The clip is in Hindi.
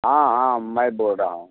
हाँ हाँ मैं बोल रहा हूँ